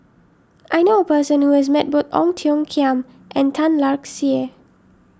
I knew a person who has met both Ong Tiong Khiam and Tan Lark Sye